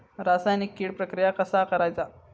रासायनिक कीड प्रक्रिया कसा करायचा?